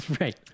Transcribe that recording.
right